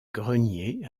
grenier